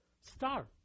star